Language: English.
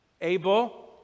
Abel